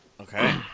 Okay